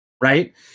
right